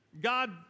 God